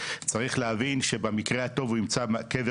צריך להבין שבמקרה הטוב הוא ימצא קבר